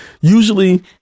usually